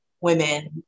women